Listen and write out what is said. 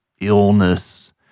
illness